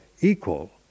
equal